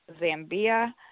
Zambia